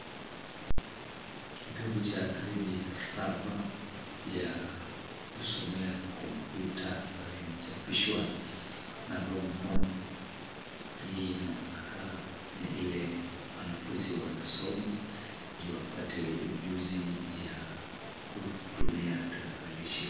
Kitabu cha gredi la saba ya kusomea kompyuta ambayo imechapishwa na Longhorn. Hii inakaa ni ile wanafunzi wanasoma ndio wapate ujuzi ya kutumia tarakilishi.